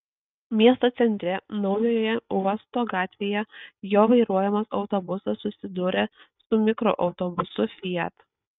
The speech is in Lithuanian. miesto centre naujojoje uosto gatvėje jo vairuojamas autobusas susidūrė su mikroautobusu fiat